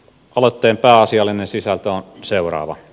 aloitteen pääasiallinen sisältö on seuraava